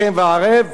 השכם והערב,